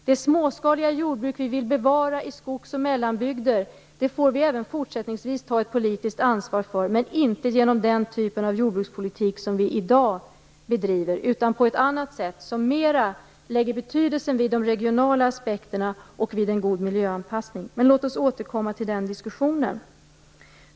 Det småskaliga jordbruk vi vill bevara i skogs och mellanbygder får vi även fortsättningsvis ta ett politiskt ansvar för, men inte genom den typ av jordbrukspolitik som vi i dag bedriver, utan på ett annat sätt som mera lägger betydelsen vid de regionala aspekterna och vid en god miljöanpassning. Men låt oss återkomma till den diskussionen.